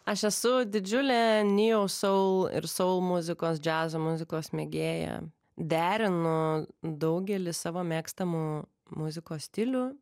aš esu didžiulė nju soul saul muzikos džiazo muzikos mėgėja derinu daugelį savo mėgstamų muzikos stilių